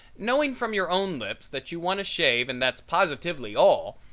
knowing from your own lips that you want a shave and that's positively all,